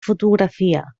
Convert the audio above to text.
fotografia